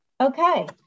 Okay